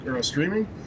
streaming